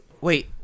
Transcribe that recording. wait